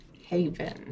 Haven